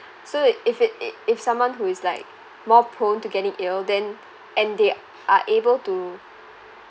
so if it it if someone who is like more prone to getting ill then and they are able to